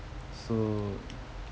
so